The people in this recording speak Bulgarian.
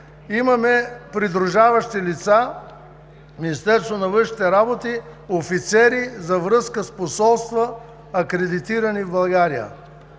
Имаме придружаващи лица от Министерството на външните работи – офицери за връзка с посолства, акредитирани в България.